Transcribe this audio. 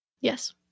Yes